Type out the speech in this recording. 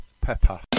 Pepper